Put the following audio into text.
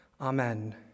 Amen